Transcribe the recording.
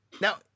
Now